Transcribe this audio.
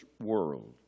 world